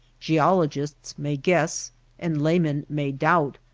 geologists may guess and laymen may doubt,